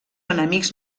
enemics